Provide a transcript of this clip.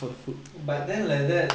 but then like that